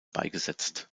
beigesetzt